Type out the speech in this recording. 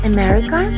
America